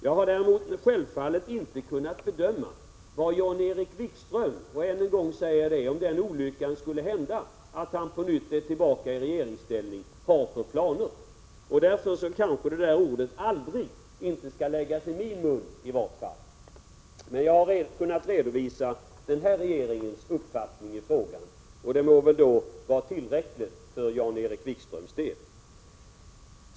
Jag har däremot självfallet inte kunnat bedöma vad Jan-Erik Wikström, om den olyckan skulle hända att han på nytt kommer tillbaka i regeringsställning, har för planer. Ordet aldrig skall kanske därför inte läggas i min mun i varje fall. Jag har kunnat redovisa den här regeringens uppfattning i frågan, och det må väl vara tillräckligt för Jan-Erik Wikströms del.